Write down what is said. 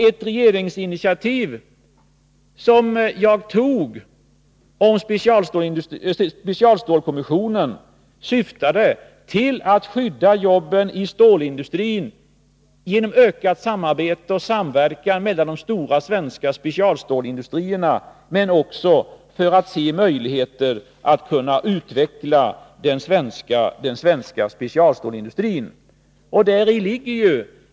Ett regeringsinitiativ som jag tog i fråga om specialstålskommissionen syftade till att skydda jobben i stålindustrin genom ökning av samarbete och samverkan mellan de stora svenska specialstålsindustrierna, och också till att söka möjligheter att utveckla den svenska specialstålsindustrin.